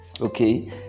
Okay